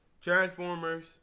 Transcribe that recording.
Transformers